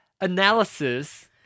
analysis